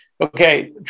okay